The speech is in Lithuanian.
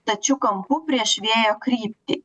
stačiu kampu prieš vėjo kryptį